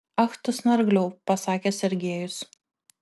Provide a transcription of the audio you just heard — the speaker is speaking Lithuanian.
ach tu snargliau pasakė sergiejus